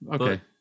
Okay